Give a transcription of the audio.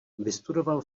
vystudoval